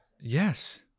yes